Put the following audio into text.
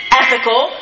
ethical